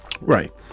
Right